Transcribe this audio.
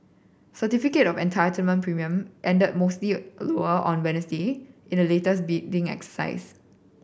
certificate of Entitlement premium ended mostly lower on Wednesday in the latest bidding exercise